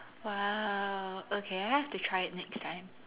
!wow! okay I have to try it next time